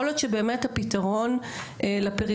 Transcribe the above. יכול להיות שבאמת הפתרון לפריפריה,